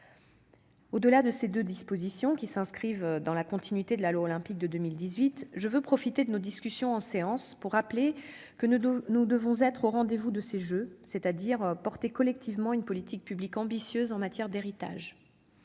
Au-delà de ces deux dispositions, qui s'inscrivent dans la continuité de la loi Olympique de 2018, je veux profiter de nos discussions pour rappeler que nous devons être au rendez-vous de ces Jeux, c'est-à-dire porter collectivement une politique publique ambitieuse en matière d'héritage.